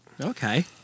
Okay